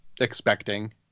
expecting